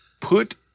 put